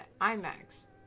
IMAX